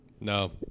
No